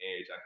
age